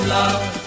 love